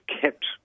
kept